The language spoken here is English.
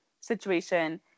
situation